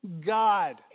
God